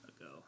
ago